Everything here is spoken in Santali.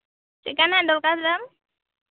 ᱪᱮᱫ ᱞᱮᱠᱟᱱᱟᱜ ᱫᱚᱨᱠᱟᱨ ᱛᱟᱢ